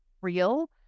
real